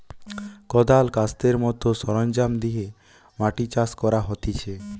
কদাল, কাস্তের মত সরঞ্জাম দিয়ে মাটি চাষ করা হতিছে